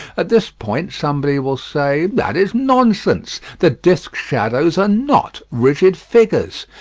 at this point somebody will say, that is nonsense. the disc-shadows are not rigid figures.